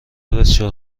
بسیار